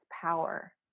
power